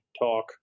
talk